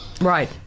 Right